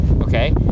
okay